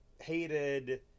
hated